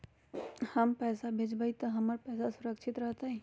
हम पैसा भेजबई तो हमर पैसा सुरक्षित रहतई?